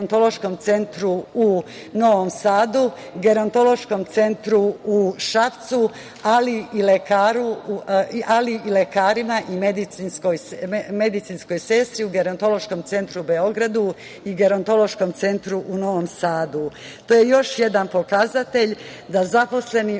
u Novom Sadu, Gerontološkom centru u Šapcu, ali i lekarima i medicinskoj sestri u Gerontološkom centru u Beogradu i Gerontološkom centru u Novom Sadu. To je još jedan pokazatelj da zaposleni